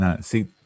see